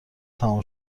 تمام